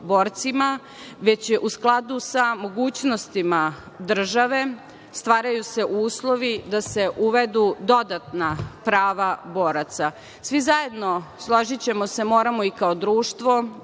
se u skladu sa mogućnostima države stvaraju uslovi da se uvedu dodatna prava boraca. Svi zajedno, složićemo se, moramo i kao društvo